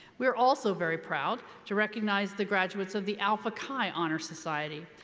we're also very proud to recognize the graduates of the alpha chi honor society.